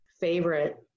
favorite